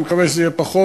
אני מקווה שזה יהיה פחות,